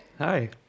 Hi